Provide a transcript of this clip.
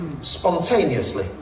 spontaneously